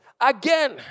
Again